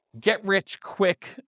get-rich-quick